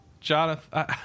Jonathan